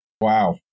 Wow